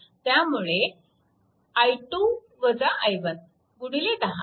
त्यामुळे गुणिले 10